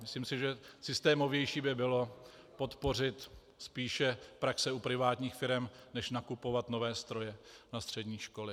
Myslím si, že systémovější by bylo podpořit spíše praxe u privátních firem než nakupovat nové stroje na střední školy.